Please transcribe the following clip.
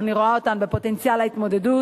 אני רואה אותן בפוטנציאל ההתמודדות,